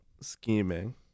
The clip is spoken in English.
scheming